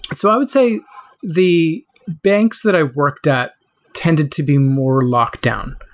and so i would say the banks that i worked at tended to be more locked down.